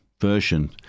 version